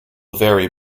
vary